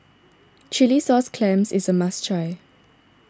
Chilli Sauce Clams is a must try